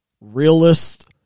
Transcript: realist